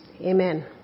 Amen